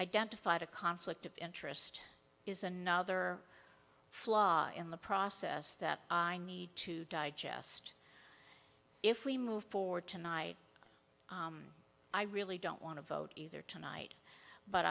identified a conflict of interest is another flaw in the process that i need to digest if we move forward tonight i really don't want to vote either tonight but